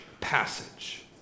passage